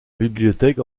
bibliothèque